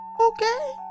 okay